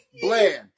Bland